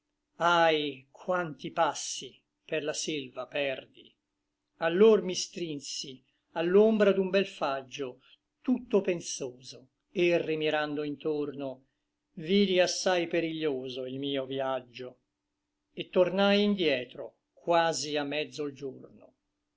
ahi quanti passi per la selva perdi allor mi strinsi a l'ombra d'un bel faggio tutto pensoso et rimirando intorno vidi assai periglioso il mio vïaggio et tornai indietro quasi a mezzo l giorno